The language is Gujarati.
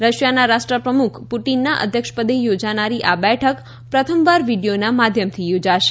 રશિયાના રાષ્ટ્ર પ્રમુખ વ્લાદીમીર પુટિનના અધ્યક્ષપદે યોજાનારી આ બેઠક પ્રથમવાર વીડિયોના માધ્યમથી યોજાશે